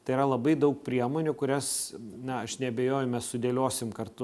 tai yra labai daug priemonių kurias na aš neabejoju mes sudėliosim kartu